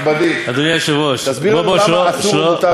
רגע, אדוני, אני רוצה שיעור הלכתי